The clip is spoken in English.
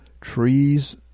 trees